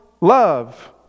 love